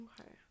Okay